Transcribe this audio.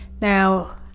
now